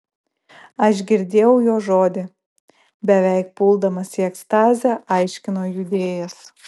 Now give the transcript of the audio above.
aš girdėjau jo žodį beveik puldamas į ekstazę aiškino judėjas